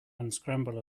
unscramble